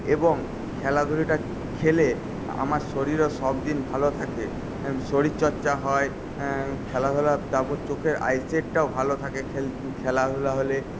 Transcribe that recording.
এবং খেলাধুলোটা খেলে আমার শরীরও সব দিন ভালো থাকে শরীরচর্চা হয় খেলাধুলো তারপর চোখের আইসাইটটাও ভালো থাকে খেল খেলাধুলো হলে